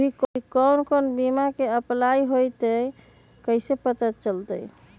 अभी कौन कौन बीमा के लेल अपलाइ होईत हई ई कईसे पता चलतई?